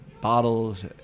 Bottles